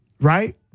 right